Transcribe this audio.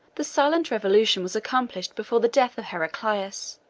the silent revolution was accomplished before the death of heraclius